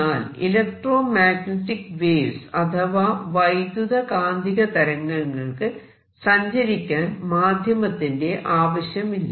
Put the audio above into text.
എന്നാൽ electromagnetic waves അഥവാ വൈദ്യുത കാന്തിക തരംഗങ്ങൾക്ക് സഞ്ചരിക്കാൻ മാധ്യമത്തിന്റെ ആവശ്യമില്ല